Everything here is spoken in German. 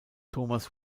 thomas